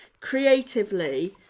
creatively